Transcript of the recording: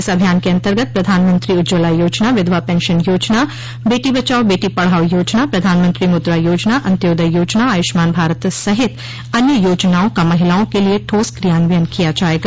इस अभियान के अन्तर्गत प्रधानमंत्री उज्जवला योजना विधवा पेंशन योजना बेटी बचाओं बेटी पढ़ाओं योजना प्रधानमंत्री मुद्रा योजना अन्त्योदय योजना आयुष्मान भारत सहित अन्य योजनाओं का महिलाओं के लिए ठोस क्रियान्वयन किया जायेगा